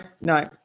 no